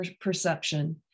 perception